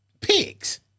pigs